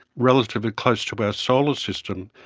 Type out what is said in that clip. relatively close to our solar system,